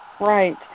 Right